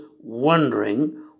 wondering